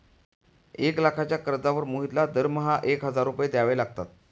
एक लाखाच्या कर्जावर मोहनला दरमहा एक हजार रुपये द्यावे लागतात